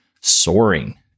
soaring